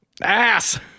Ass